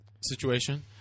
situation